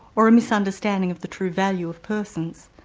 or a misunderstanding of the true value of persons?